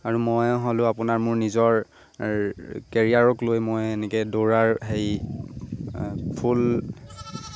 আৰু মই হ'লোঁ আপোনাৰ মোৰ নিজৰ কেৰিয়াৰক লৈ মই এনেকে দৌৰাৰ হেৰি ফুল